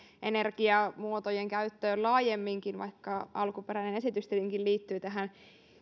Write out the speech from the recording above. energiamuotojen käyttöön laajemminkin vaikka alkuperäinen esitys tietenkin liittyy tähän